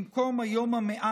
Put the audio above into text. במקום היום ה-100,